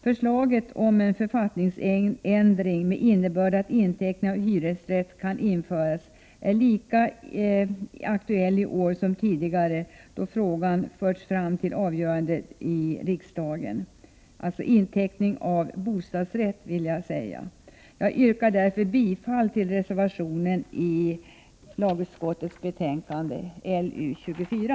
Förslaget om en författningsändring med innebörd att inteckning av bostadsrätt kan införas är lika aktuellt i år som tidigare år då frågan har förts fram till avgörande i riksdagen. Jag yrkar därför bifall till reservationen till lagutskottets betänkande 24.